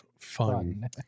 fun